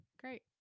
Great